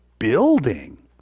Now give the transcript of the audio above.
building